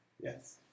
Yes